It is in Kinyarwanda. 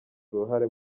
uruhare